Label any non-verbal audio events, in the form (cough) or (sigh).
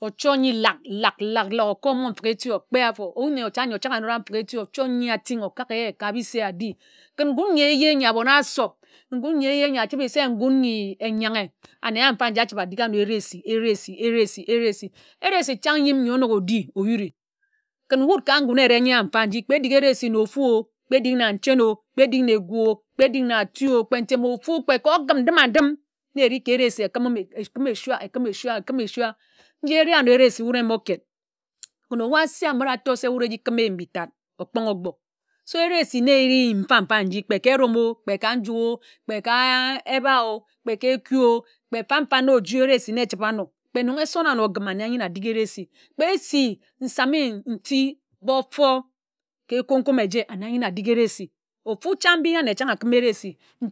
ochor nyi lak lak lak lok ȯgo mmon mfik eti okpe afo (unintelligible) mfik eti ochor nyi atin̄ okak ye ka bi'se adi ken ngun nyi éje ńyi abon-e-asob nkuń nji eje achibe se nkún nyi eyanghe ane a mfa ochibe adik áno eresi eresi eresi eresi eresi chan yim nyi onok odi oyuri ken wud ka nkun eyire ede a mfa nji kpe edik eresi na ofu o kpe edik na ncheń o kpe edik na egu o kpe edik na atú o kpe ntem ofu kpe ka ogim ndima-ndim na erik ka eresi ekimim ekima ashua ekima eshua ekima eshua. nji areh ano eresi wud emo ked ken ebu ase amira ator se wud eji ken eyim mbi tad ókponghe okpó se eresi na eri yim mfa-mfa nji ka erom o kpe ka nju o kpo ka ebae o kpe kpe ka ekú o kpe fań fań ano oji eresi na echibe ano kpe enong eson a na ogim áne ayiń adik eresi kpe esi nsame nti kpe ótor ka e kom̄ kom̄ eje ane ānyine ayak eresi ofu chan mbi ane chan akima eresi.